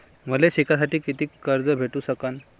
मले शिकासाठी कितीक कर्ज भेटू सकन?